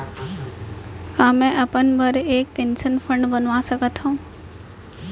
का मैं अपन बर एक पेंशन फण्ड बनवा सकत हो?